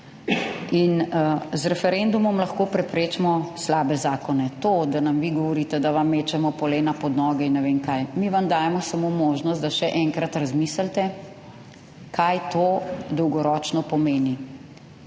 In z referendumom lahko preprečimo slabe zakone. To, da nam vi govorite, da vam mečemo polena pod noge in ne vem kaj, mi vam dajemo samo možnost, da še enkrat razmislite kaj to dolgoročno pomeni.